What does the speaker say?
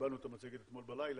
קיבלנו אותה אתמול בלילה.